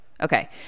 Okay